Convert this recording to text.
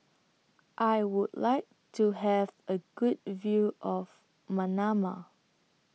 I Would like to Have A Good View of Manama